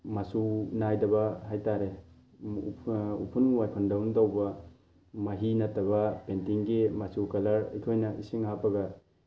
ꯃꯆꯨ ꯅꯥꯏꯗꯕ ꯍꯥꯏꯇꯥꯔꯦ ꯎꯐꯨꯟ ꯋꯥꯏꯐꯨꯟꯗꯧꯅ ꯇꯧꯕ ꯃꯍꯤ ꯅꯠꯇꯕ ꯄꯦꯟꯇꯤꯡꯒꯤ ꯃꯆꯨ ꯀꯜꯂꯔ ꯑꯩꯈꯣꯏꯅ ꯏꯁꯤꯡ ꯍꯥꯞꯄꯒ